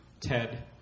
Ted